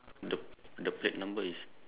the the plate number is